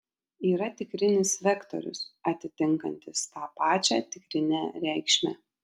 yra tikrinis vektorius atitinkantis tą pačią tikrinę reikšmę